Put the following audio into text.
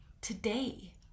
today